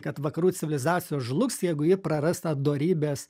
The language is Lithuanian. kad vakarų civilizacija žlugs jeigu ji praras tą dorybės